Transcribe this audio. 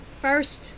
first